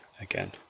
again